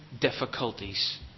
difficulties